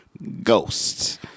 ghosts